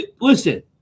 listen